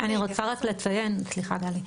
סליחה, גלי.